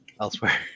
elsewhere